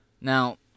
Now